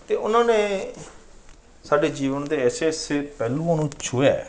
ਅਤੇ ਉਹਨਾਂ ਨੇ ਸਾਡੇ ਜੀਵਨ ਦੇ ਐਸੇ ਐਸੇ ਪਹਿਲੂਆਂ ਨੂੰ ਛੂਹਿਆ